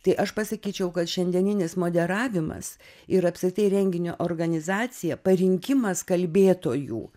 tai aš pasakyčiau kad šiandieninis moderavimas ir apskritai renginio organizacija parinkimas kalbėtojų